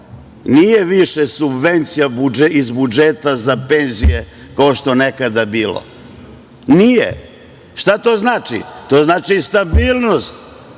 nije više subvencija iz budžeta za penzije kao što je nekada bilo, nije. Šta to znači? To znači stabilnost